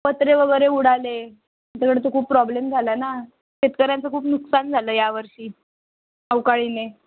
पत्रे वगैरे उडाले तिकडे तर खूप प्रॉब्लेम झाला आहे ना शेतकऱ्यांचं खूप नुकसान झालं आहे यावर्षी अवकाळीने